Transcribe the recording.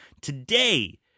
Today